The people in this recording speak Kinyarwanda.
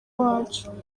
wacu